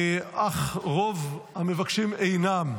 אך רוב המבקשים אינם.